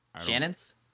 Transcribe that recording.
shannon's